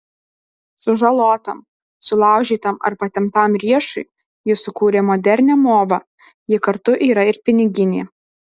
sužalotam sulaužytam ar patemptam riešui ji sukūrė modernią movą ji kartu yra ir piniginė